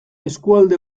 eskualde